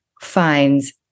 finds